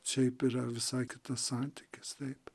šiaip yra visai kitas santykis taip